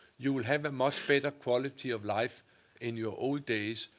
you will have a much better quality of life in your old days.